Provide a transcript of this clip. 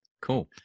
cool